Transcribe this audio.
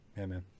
amen